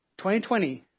2020